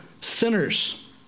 sinners